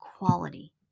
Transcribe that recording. quality